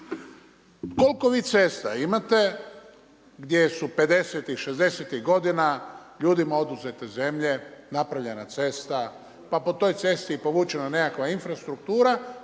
koliko vi cesta imate gdje su 50-tih i 60-tih godina ljudima oduzete zemlje, napravljena cesta. Pa po toj cesti je povučena nekakva infrastruktura.